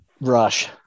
rush